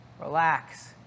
Relax